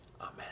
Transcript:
Amen